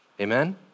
Amen